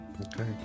Okay